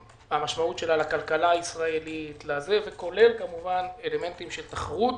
המשמעות שלה על הכלכלה הישראלית כולל אלמנטים של תחרות